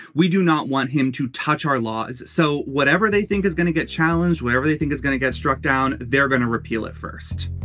we do not want him to touch our law. so whatever they think is gonna get challenged wherever they think is gonna get struck down. they're going to repeal it. first